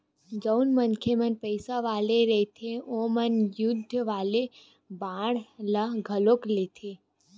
जउन मनखे मन पइसा वाले रहिथे ओमन युद्ध वाले बांड ल घलो लेथे